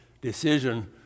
decision